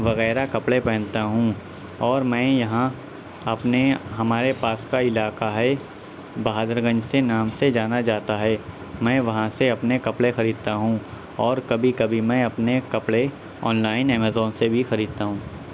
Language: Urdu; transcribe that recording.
وغیرہ کپڑے پہنتا ہوں اور میں یہاں اپنے ہمارے پاس کا علاقہ ہے بہادر گنج سے نام سے جانا جاتا ہے میں وہاں سے اپنے کپڑے خریدتا ہوں اور کبھی کبھی میں اپنے کپڑے آن لائن امازون سے بھی خریدتا ہوں